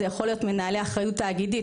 זה יכול להיות מנהלי אחריות תאגידית,